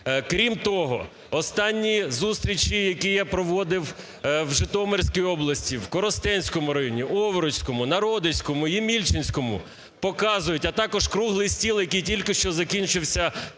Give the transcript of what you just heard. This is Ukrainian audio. Крім того, останні зустрічі, які я проводив в Житомирській області, в Коростенському районі, Овруцькому, Народинському, Ємільчинському, показують, а також круглий стіл, який тільки що закінчився тут,